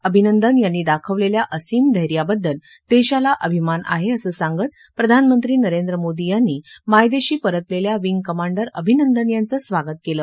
अभिनंदन यांनी दाखवलेल्या असीम धैर्याबद्दल देशाला अभिमान आहे असं सांगत प्रधानमंत्री नरेंद्र मोदी यांनी मायदेशी परतलेल्या विंग कमांडर अभिनंदन यांचं स्वागत केलं